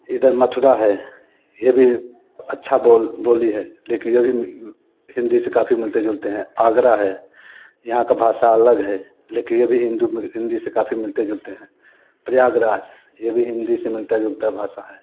इधर मथुरा है यह भी अच्छा बोल बोली है लेकिन यह भी हिंदी से काफ़ी मिलते जुलते हैं आगरा है यहाँ का भाषा अलग है लेकिन यह भी हिंदू हिंदी से काफ़ी मिलते जुलते हैं प्रयागराज यह भी हिंदी से मिलता जुलता भाषा है